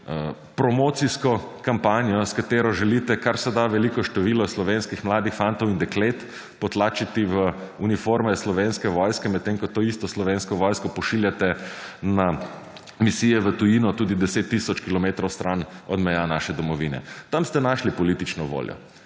promocijsko kampanjo, s katero želite kar se da veliko število slovenskih mladih fantov in deklet potlačiti v uniforme Slovenske vojske medtem, ko to isto Slovensko vojsko pošiljate na misije v tujino tudi 10 tisoč kilometrov stran od meja naše domovine. Tam ste našli politično voljo.